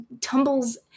tumbles